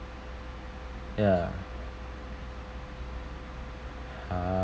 ya err